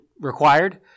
required